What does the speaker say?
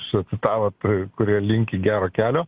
čia citavot kurie linki gero kelio